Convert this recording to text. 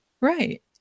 Right